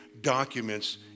documents